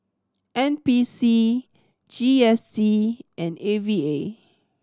N P C G S T and A V A